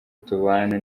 tubana